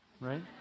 Right